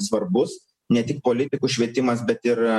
svarbus ne tik politikų švietimas bet ir